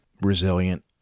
resilient